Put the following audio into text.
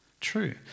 true